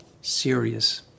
serious